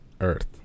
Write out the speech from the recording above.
Earth